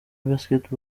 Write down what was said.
basketball